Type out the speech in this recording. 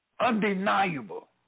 undeniable